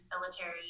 military